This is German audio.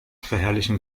verherrlichen